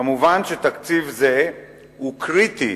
כמובן, תקציב זה הוא קריטי